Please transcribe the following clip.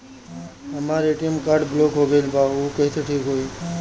हमर ATM card block हो गईल बा ऊ कईसे ठिक होई?